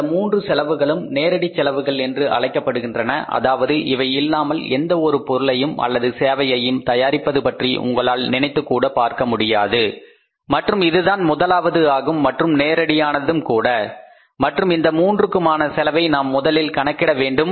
இந்த மூன்று செலவுகளும் நேரடி செலவுகள் என்று அழைக்கப்படுகின்றன அதாவது இவை இல்லாமல் எந்த ஒரு பொருளையும் அல்லது சேவையையும் தயாரிப்பது பற்றி உங்களால் நினைத்துக்கூட பார்க்க முடியாது மற்றும் இதுதான் முதலாவது ஆகும் மற்றும் நேரடியானதும் கூட மற்றும் இந்த மூன்றுக்குமான செலவை நாம் முதலில் கணக்கிட வேண்டும்